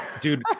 Dude